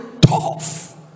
Tough